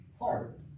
heart